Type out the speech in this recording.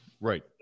right